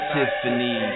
Tiffany